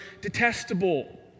detestable